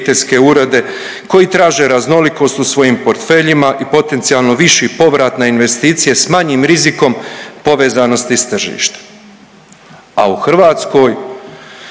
Hrvatskoj